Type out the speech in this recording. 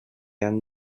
han